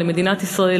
למדינת ישראל,